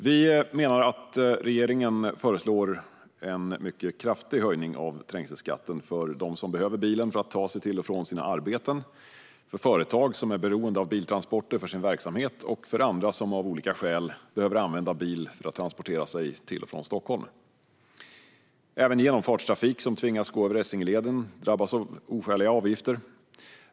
Vi menar att regeringen föreslår en mycket kraftig höjning av trängselskatten för dem som behöver bilen för att ta sig till och från sina arbeten, för företag som är beroende av biltransporter för sin verksamhet och för andra som av olika skäl behöver använda bil för att transportera sig till och från Stockholm. Även genomfartstrafik som tvingas gå över Essingeleden drabbas av oskäliga avgifter.